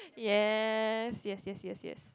yes yes yes yes yes